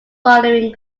following